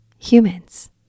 humans